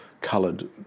coloured